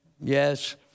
yes